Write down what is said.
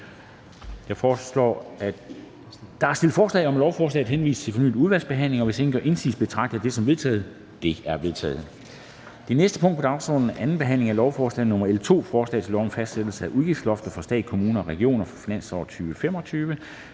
sluttet. Der er stillet forslag om, at lovforslaget henvises til fornyet udvalgsbehandling, og hvis ingen gør indsigelse, betragter jeg det som vedtaget. Det er vedtaget. --- Det næste punkt på dagsordenen er: 9) 2. behandling af lovforslag nr. L 2: Forslag til lov om fastsættelse af udgiftslofter for stat, kommuner og regioner for finansåret 2025.